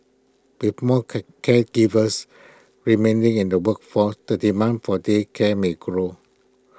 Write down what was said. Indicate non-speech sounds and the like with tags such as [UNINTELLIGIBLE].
with more [UNINTELLIGIBLE] caregivers remaining in the workforce the demand for day care may grow